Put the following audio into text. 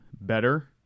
better